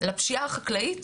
לפשיעה החקלאית